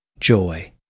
joy